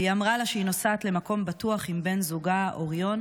והיא אמרה לה שהיא נוסעת למקום בטוח עם בן זוגה אוריון,